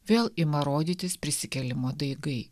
vėl ima rodytis prisikėlimo daigai